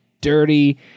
dirty